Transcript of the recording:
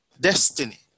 destiny